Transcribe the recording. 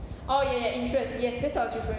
oh yeah interests yes that's what I was referring